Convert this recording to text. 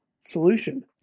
solution